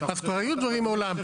אז כבר היו דברים מעולם.